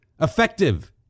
effective